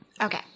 Okay